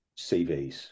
cvs